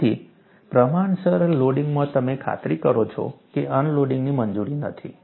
તેથી પ્રમાણસર લોડિંગમાં તમે ખાતરી કરો છો કે અનલોડિંગની મંજૂરી નથી